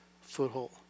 foothold